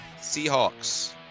Seahawks